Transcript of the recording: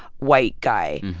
white guy.